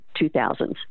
2000s